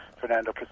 Fernando